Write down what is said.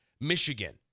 Michigan